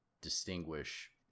distinguish